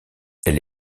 elle